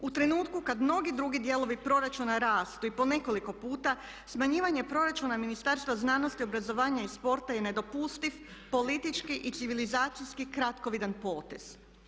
U trenutku kad mnogi drugi dijelovi proračuna rastu i po nekoliko puta smanjivanje proračuna Ministarstva znanosti, obrazovanja i sporta je nedopustiv, politički i civilizacijski kratkovidan potez.